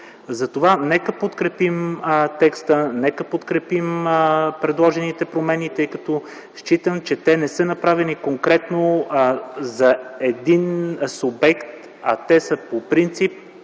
Затова нека подкрепим текста, нека подкрепим предложените промени, тъй като считам, че те не са направени конкретно за един субект, а са по принцип